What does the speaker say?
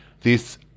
this-